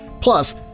Plus